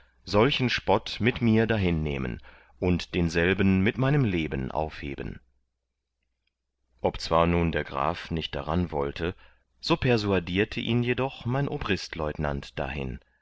solchen spott mit mir dahinnehmen und denselben mit meinem leben aufheben obzwar nun der graf nicht daran wollte so persuadierte ihn jedoch mein obristleutenant dahin